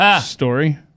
story